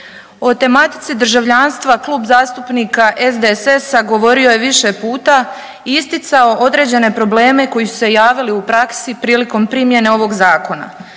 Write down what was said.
O tematici državljanstva Klub zastupnika SDSS-a govorio je više puta i isticao određene probleme koji su se javili u praksi prilikom primjene ovog zakona